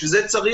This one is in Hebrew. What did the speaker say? בשביל זה צריך